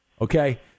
okay